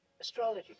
astrology